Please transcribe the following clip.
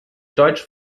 deutsch